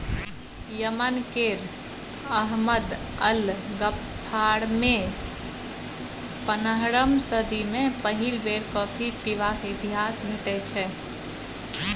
Yemen केर अहमद अल गफ्फारमे पनरहम सदी मे पहिल बेर कॉफी पीबाक इतिहास भेटै छै